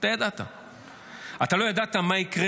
תודה רבה.